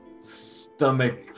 stomach